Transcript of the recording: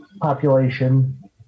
population